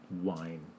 wine